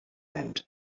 and